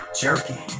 jerky